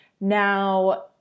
Now